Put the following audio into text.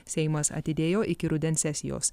seimas atidėjo iki rudens sesijos